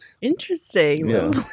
Interesting